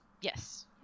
Yes